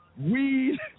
weed